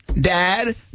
Dad